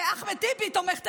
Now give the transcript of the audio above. אחמד טיבי, תומך טרור,